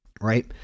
right